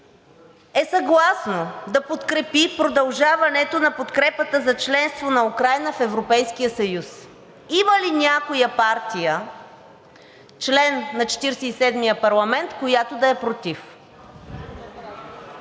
е съгласно да подкрепи продължаването на подкрепата за членство на Украйна в Европейския съюз. Има ли някоя партия, член на Четиридесет и седмия парламент, която да е против?